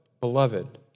Beloved